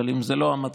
אבל אם זה לא המצב,